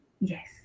Yes